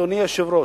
אדוני היושב-ראש,